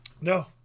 no